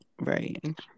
right